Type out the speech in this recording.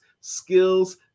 skills